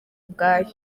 ubwayo